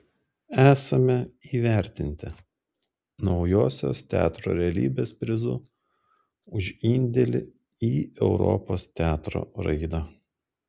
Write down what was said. esame įvertinti naujosios teatro realybės prizu už indėlį į europos teatro raidą